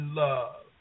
love